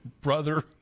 brother